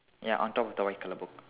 ya on top of the white colour book